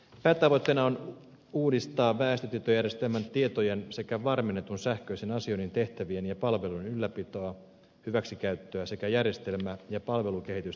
päätavoitteena on uudistaa väestötietojärjestelmän tietojen sekä varmennetun sähköisen asioinnin tehtävien ja palveluiden ylläpitoa hyväksikäyttöä sekä järjestelmää ja palvelukehitystä koskeva erityislainsäädäntö